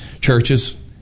Churches